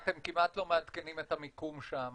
אתם כמעט לא מעדכנים את המיקום שם.